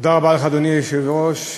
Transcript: אדוני היושב-ראש,